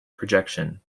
projection